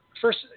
first